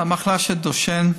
המחלה של דושן,